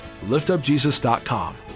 liftupjesus.com